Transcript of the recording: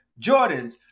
Jordans